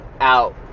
out